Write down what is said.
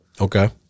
Okay